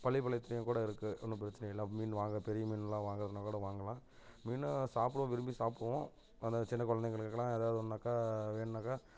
பள்ளிப்பாளையத்திலேயும் கூட இருக்குது ஒன்றும் பிரச்சனை இல்லை மீன் வாங்க பெரிய மீன்லாம் வாங்கிறதுனாலும் கூட வாங்கலாம் மீன் சாப்பிடுவோம் விரும்பி சாப்பிடுவோம் ஆனால் சின்ன குழந்தைகளுக்குலாம் எதாவது ஒன்னுன்னாக்க வேணுன்னாக்க